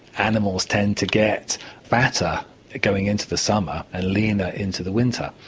animals tend to get fatter going into the summer, and leaner into the winter,